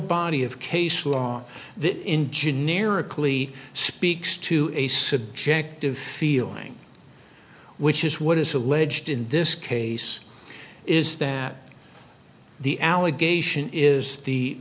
body of case law that in generically speaks to a subjective feeling which is what is alleged in this case is that the allegation is the